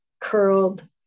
curled